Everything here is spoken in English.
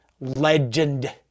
legend